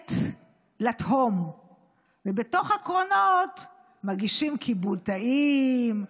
שדוהרת לתהום ובתוך הקרונות מגישים כיבוד טעים,